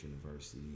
University